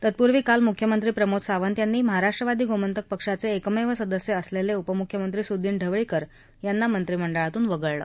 तत्पूर्वी काल मुख्यमंत्री प्रमोद सावंत यांनी महाराष्ट्रवादी गोमंतक पक्षाचे एकमेव सदस्य असलेले उपमुख्यमंत्री सुदीन ढवळीकर यांना मंत्रीमंडळातून वगळले